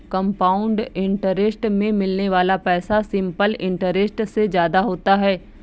compound interest में मिलने वाला पैसा सिंपल इंटरेस्ट से ज्यादा होता है